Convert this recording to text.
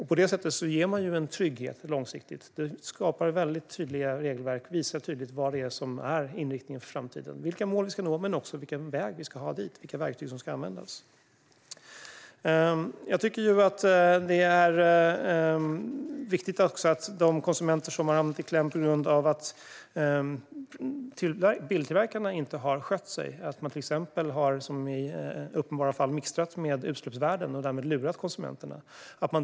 På det sättet blir det en långsiktig trygghet. Det skapar tydliga regelverk som tydligt visar vad det är som är inriktningen för framtiden, vilka mål som ska nås, vägen dit och vilka verktyg som ska användas. Jag tycker att det är viktigt att de konsumenter som har hamnat i kläm på grund av att biltillverkarna inte har skött sig kan få rätt i efterhand. Till exempel har tillverkarna i uppenbara fall mixtrat med utsläppsvärden och därmed lurat konsumenterna.